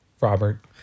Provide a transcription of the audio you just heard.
Robert